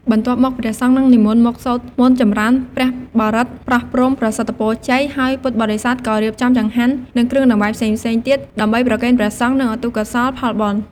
បន្ទាប់មក ព្រះសង្ឃនឹងនិមន្តមកសូត្រមន្តចំរើនព្រះបរិត្ត ប្រោះព្រំប្រសិទ្ធពរជ័យ ហើយពុទ្ធបរិស័ទក៏រៀបចំចង្ហាន់ និងគ្រឿងដង្វាយផ្សេងៗទៀតដើម្បីប្រគេនព្រះសង្ឃ និងឧទ្ទិសកុសលផលបុណ្យ។